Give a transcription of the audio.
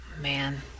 man